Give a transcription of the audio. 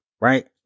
right